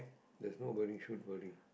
there's no wording shoot wording